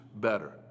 better